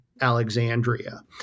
Alexandria